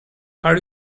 are